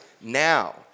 now